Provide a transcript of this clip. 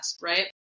right